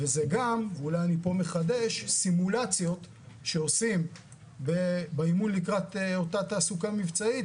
וזה גם סימולציות שעושים באימון לקראת אותה תעסוקה מבצעית